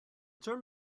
term